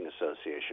Association